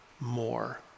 more